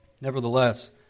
Nevertheless